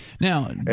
Now